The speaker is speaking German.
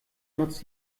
nutzt